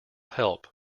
help